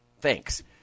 Thanks